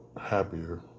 happier